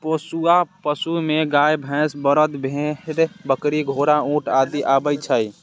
पोसुआ पशु मे गाय, भैंस, बरद, भेड़, बकरी, घोड़ा, ऊंट आदि आबै छै